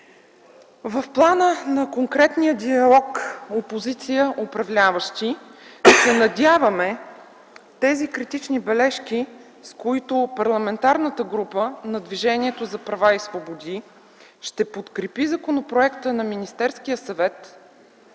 В плана на конкретния диалог опозиция – управляващи се надяваме тези критични бележки, с които Парламентарната група на Движението за права и свободи, ще подкрепи законопроекта на Министерския съвет,